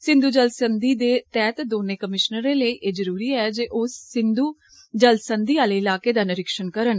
सिंधू जल संधि दे तैहत दौनें कमिषनरें लेई ए जरूरी ऐ जे ओह सिंधू जल संधि आले इलाकें दा निरीक्षण करन